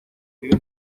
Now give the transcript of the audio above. pide